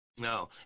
No